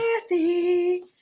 Kathy